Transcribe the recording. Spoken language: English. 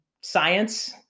science